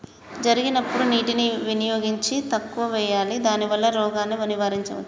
జరిగినప్పుడు నీటి వినియోగం తక్కువ చేయాలి దానివల్ల రోగాన్ని నివారించవచ్చా?